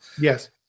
Yes